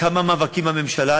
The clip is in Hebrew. כמה מאבקים בממשלה,